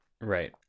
Right